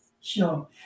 Sure